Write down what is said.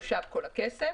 יושב כל הכסף